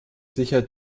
sicher